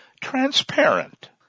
transparent